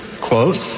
Quote